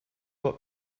what